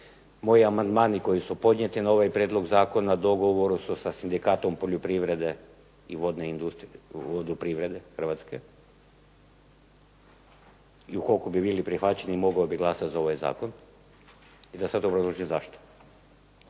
moji amandmani koji su podnijeti na ovaj prijedlog zakona u dogovoru su sa sindikatom poljoprivrede i vodoprivrede hrvatske. I ukoliko bi bili prihvaćeni mogao bih glasovati za ovaj zakon. I da sad obrazložim zašto.